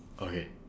okay